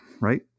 right